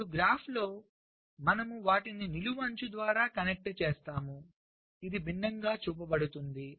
అప్పుడు గ్రాఫ్లో మనము వాటిని నిలువు అంచు ద్వారా కనెక్ట్ చేస్తాము ఇది భిన్నంగా చూపబడుతుంది